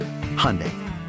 Hyundai